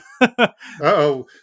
Uh-oh